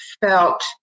felt